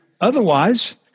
Otherwise